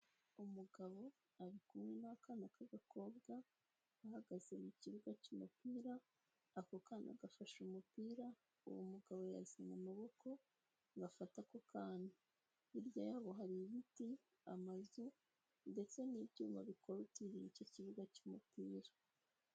umugabo ari kumwe n'akana k'agakobwa, bahagaze mu kibuga cy'umupira ako kana gafashe umupira uwo mugabo yazanye amaboko ngo afate ako kana, hirya yabo hari ibiti, amazu ndetse n'ibyuma bikorutiriye icyo kibuga cy'umupira.